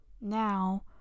Now